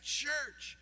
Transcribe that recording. church